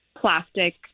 plastic